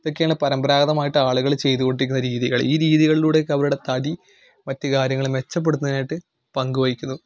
ഇതൊക്കെയാണ് പരമ്പരാഗതമായിട്ട് ആളുകൾ ചെയ്ത് കൊണ്ടിരിക്കുന്ന രീതികൾ ഈ രീതികളിലൂടെ ഒക്കെ അവരുടെ തടി മറ്റ് കാര്യങ്ങൾ മെച്ചപ്പെടുത്തുന്നതിനായിട്ട് പങ്ക് വഹിക്കുന്നു